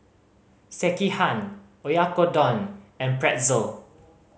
Sekihan Oyakodon and Pretzel